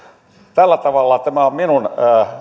tällä tavalla tämä on minun